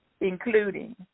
including